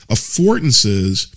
Affordances